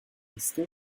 still